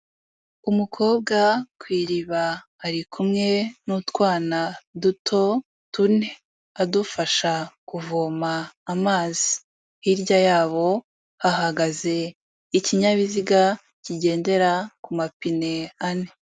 Umukobwa ku iriba ari kumwe n'utwana duto tune adufasha kuvoma amazi. Hirya yabo hahagaze ikinyabiziga kigendera ku mapine ane.